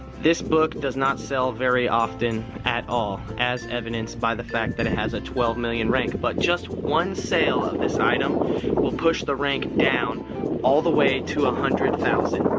this book does not sell very often at all as evidenced by the fact that it has a twelve million rank but just one sale of this item will push the rank down all the way to a one hundred thousand.